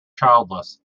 childless